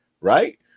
right